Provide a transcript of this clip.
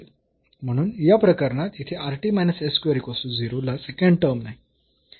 म्हणून या प्रकरणात येथे ला सेकंड टर्म नाही